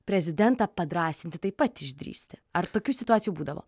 prezidentą padrąsinti taip pat išdrįsti ar tokių situacijų būdavo